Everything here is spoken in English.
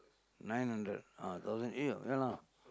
nine hundred ah thousand eight lah ya lah